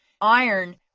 Iron